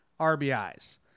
RBIs